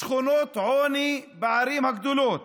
שכונות עוני בערים הגדולות,